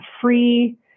free